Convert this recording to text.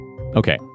Okay